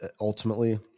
ultimately